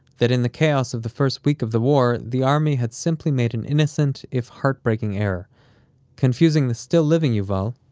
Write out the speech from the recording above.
that in the chaos of the first week of the war, the army had simply made an innocent, if heartbreaking, error confusing the still living yuval,